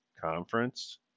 conference